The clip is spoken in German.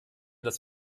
dass